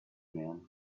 man